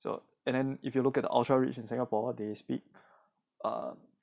so and then if you look at the ultra rich in singapore they speak err